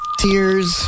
tears